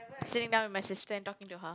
sitting down with my sister and talking to her